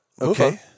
Okay